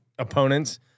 opponents